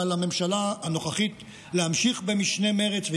ועל הממשלה הנוכחית להמשיך במשנה מרץ,